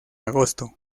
agosto